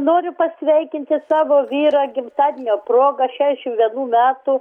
noriu pasveikinti savo vyrą gimtadienio proga šešiasdešimt vienų metų